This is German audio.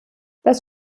das